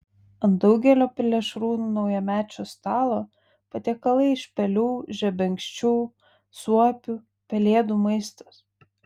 ant daugelio plėšrūnų naujamečio stalo patiekalai iš pelių žebenkščių suopių pelėdų maistas